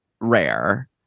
rare